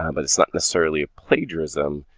um but it's not necessarily plagiarism.